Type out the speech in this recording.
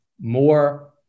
More